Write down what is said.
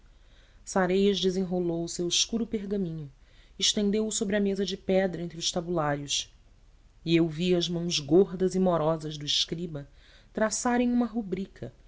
sareias desenrolou o seu escuro pergaminho estendeu o sobre a mesa de pedra entre os tabulários e eu vi as mãos gordas e morosas do escriba traçarem uma rubrica